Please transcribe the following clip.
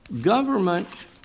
government